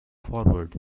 forward